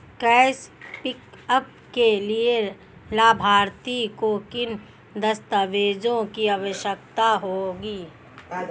Cash pickup के लिए लाभार्थी को किन दस्तावेजों की आवश्यकता होगी?